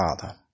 Father